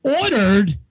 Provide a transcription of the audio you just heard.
ordered